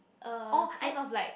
uh kind of like